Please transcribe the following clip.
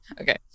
okay